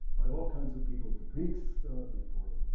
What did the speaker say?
by all kinds of peoples, the greeks before